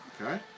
Okay